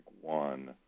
one